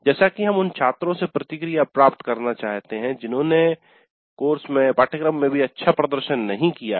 जैसा कि हम उन छात्रों से प्रतिक्रिया प्राप्त करना चाहते हैं जिन्होंने कोर्स में भी अच्छा प्रदर्शन नहीं किया है